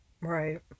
Right